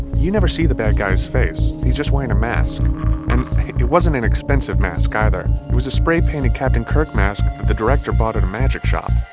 you never see the bad guy's face he's just wearing a mask. and it wasn't an expensive mask either. it was a spray-painted captain kirk mask that the director bought at a magic shop.